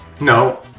No